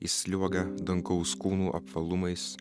is sliuogia dangaus kūnų apvalumais